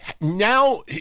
now